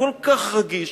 הכל-כך רגיש,